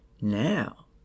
Now